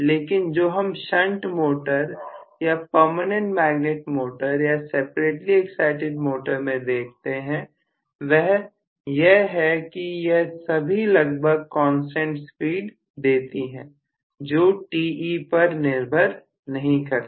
लेकिन जो हम शंट मोटर या PM मोटर या सेपरेटली एक्साइटिड मोटर में देखते हैं वह यह है कि यह सभी लगभग कांस्टेंट स्पीड देती है जो Te पर निर्भर नहीं करता